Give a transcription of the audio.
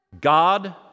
God